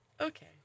okay